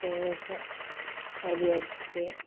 ദോശ അരി അരച്ചിട്ടെ